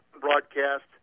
broadcast